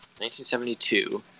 1972